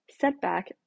setback